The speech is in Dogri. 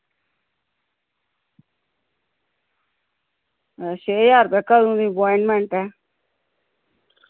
अच्छा एह् हर कदूं दी अपाइंंटमेंट ऐ